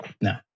no